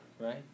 right